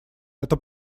это